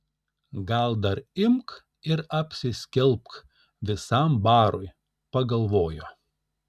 gal dar imk ir apsiskelbk visam barui pagalvojo